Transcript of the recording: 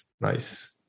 nice